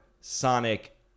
Sonic